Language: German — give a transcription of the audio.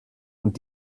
und